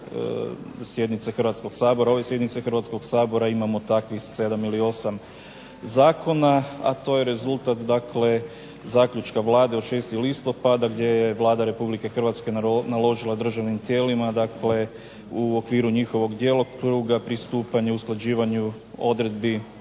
sjednice Hrvatskog sabora imamo takvih 7 ili 8 zakona. A to je rezultat zaključka Vlade od 6. listopada gdje je Vlada Republike Hrvatske naložila državnim tijelima, dakle u okviru njihovog djelokruga pristupanje usklađivanju odredbi pojedinih